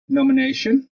nomination